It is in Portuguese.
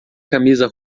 camisa